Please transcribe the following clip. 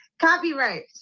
copyright